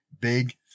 big